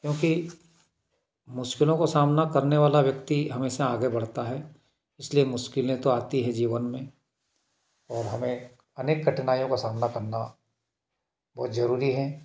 क्योंकि मुश्किलों का सामना करने वाला व्यक्ति हमेशा आगे बढ़ता है इसलिए मुश्किलें तो आती हैं जीवन में और हमें अनेक कठिनायों का सामना करना बहुत जरुरी है